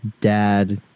dad